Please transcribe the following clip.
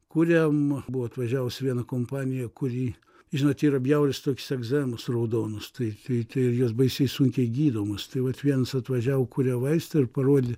kuriam buvo atvažiavusi viena kompanija kuri žinot yra bjaurios toks egzemos raudonos tai tai tai ir jos baisiai sunkiai gydomos tai vat viens atvažiavo kuria vaistą ir parodė